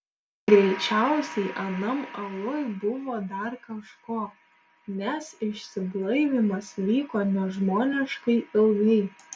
greičiausiai anam aluj buvo dar kažko nes išsiblaivymas vyko nežmoniškai ilgai